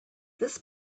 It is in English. this